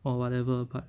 or whatever but